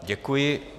Děkuji.